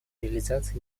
реализации